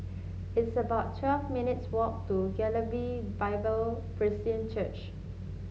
it's about twelve minutes' walk to Galilee Bible Presbyterian Church